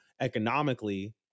economically